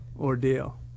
ordeal